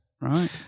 Right